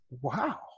wow